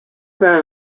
then